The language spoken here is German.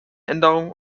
änderungen